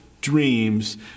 dreams